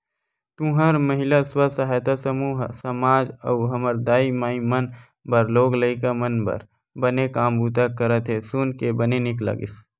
तुंहर महिला स्व सहायता समूह ह समाज अउ हमर दाई माई मन बर लोग लइका मन बर बने काम बूता करत हे सुन के बने नीक लगिस